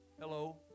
Hello